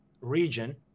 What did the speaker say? region